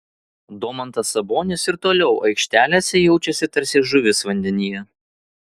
domantas sabonis ir toliau aikštelėse jaučiasi tarsi žuvis vandenyje